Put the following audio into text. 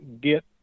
get